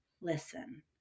listen